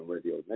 Radio